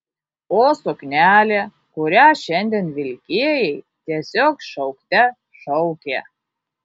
o suknelė kurią šiandien vilkėjai tiesiog šaukte šaukė